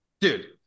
Dude